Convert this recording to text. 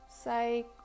say